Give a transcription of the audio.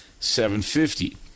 $750